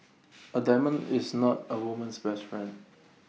A diamond is not A woman's best friend